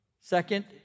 Second